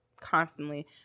constantly